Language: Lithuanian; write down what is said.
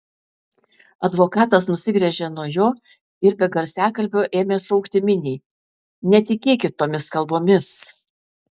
advokatas nusigręžė nuo jo ir be garsiakalbio ėmė šaukti miniai netikėkit tomis kalbomis